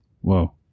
Whoa